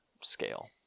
scale